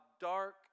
dark